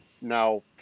now